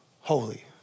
Holy